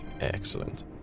Excellent